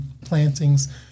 plantings